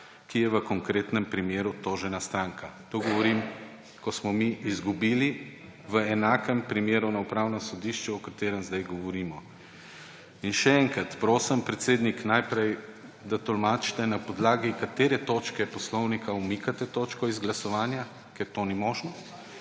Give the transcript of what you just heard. ki je v konkretnem primeru tožena stranka.« To govorim, ko smo mi izgubili v enakem primeru na Upravnem sodišču, o katerem sedaj govorimo. Še enkrat, prosim, predsednik, najprej, da tolmačite, na podlagi katere točke poslovnika umikate točko z glasovanja, ker to ni možno.